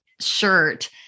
shirt